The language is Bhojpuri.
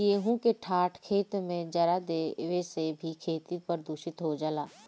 गेंहू के डाँठ खेत में जरा देवे से भी खेती प्रदूषित हो जाला